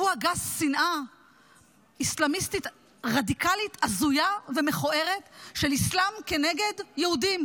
הוא הגה שנאה אסלאמיסטית רדיקלית הזויה ומכוערת של אסלאם כנגד יהודים.